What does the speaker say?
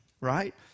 right